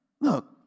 Look